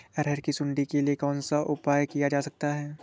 अरहर की सुंडी के लिए कौन सा उपाय किया जा सकता है?